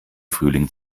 frühling